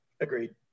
Agreed